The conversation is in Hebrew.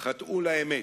חטאו לאמת,